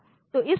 तो इस तरह